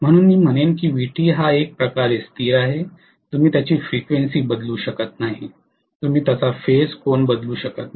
म्हणून मी म्हणेन की Vt हा एक प्रकारे स्थिर आहे तुम्ही त्याची फ्रिक्वेन्सी बदलू शकत नाही तुम्ही त्याचा फेज कोन बदलू शकत नाही